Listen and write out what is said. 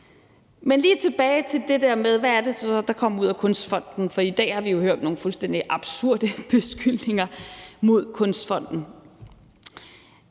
vende tilbage til det der med, hvad det så er, der kommer ud af Kunstfonden, for i dag har vi jo hørt nogle fuldstændig absurde beskyldninger mod Kunstfonden.